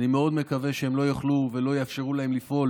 ואני מאוד מקווה שהם לא יוכלו ולא יאפשרו להם לפעול